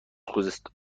خوزستان